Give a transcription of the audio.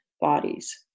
bodies